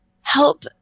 help